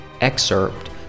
excerpt